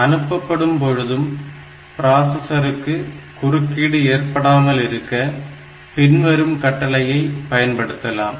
எனவே அனுப்பப்படும் பொழுது பிராசஸருக்கு குறுக்கீடு ஏற்படாமலிருக்க பின்வரும் கட்டளையை பயன்படுத்தலாம்